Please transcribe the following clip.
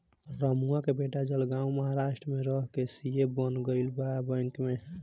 रमुआ के बेटा जलगांव महाराष्ट्र में रह के सी.ए बन गईल बा बैंक में